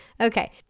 Okay